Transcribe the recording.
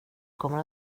kommer